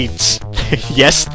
Yes